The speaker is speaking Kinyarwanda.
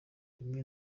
rimwe